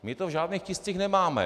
My to v žádných tiscích nemáme.